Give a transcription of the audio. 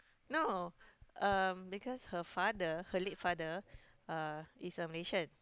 no um because her father her late father uh is a Malaysian